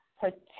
protect